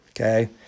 Okay